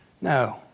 No